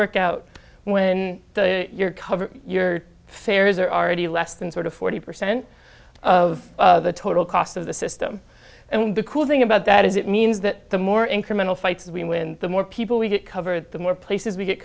work out when you're covered your fares are already less than sort of forty percent of the total cost of the system and the cool thing about that is it means that the more incremental fights between when the more people we get covered the more places we get